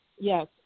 yes